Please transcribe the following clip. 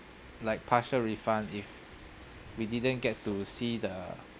like partial refunds if we didn't get to see the